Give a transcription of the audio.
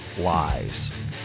lies